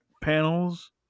panels